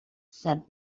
said